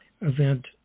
event